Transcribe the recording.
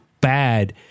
bad